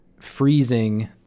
freezing